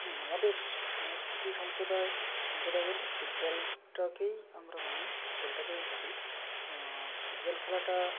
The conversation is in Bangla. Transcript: আমাদের সাংস্কৃতিক সম্প্রদায় সম্প্রদায় বলতে ফুটবলটাকেই আমরা মানি ফুটবলটাকেই খেলি ফুটবল খেলাটা